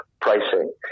pricing